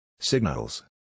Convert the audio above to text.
Signals